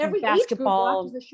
basketball